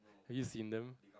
have you seen them